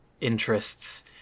interests